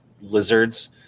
lizards